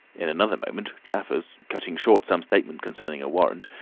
in another moment jaffers, cutting short some statement concerning a warrant,